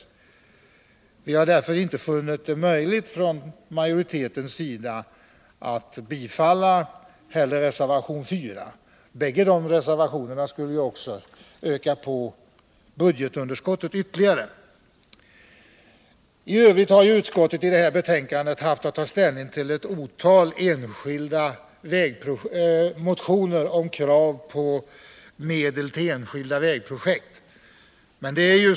Vi i utskottsmajoriteten har därför inte funnit det möjligt att tillstyrka det i reservation 4 behandlade kravet. Bägge de aktuella reservationerna skulle dessutom medföra ytterligare ökning av budgetunderskottet. I övrigt har utskottet i sitt betänkande haft att ta ställning till ett otal enskilda motioner med krav på medel till enstaka vägprojekt.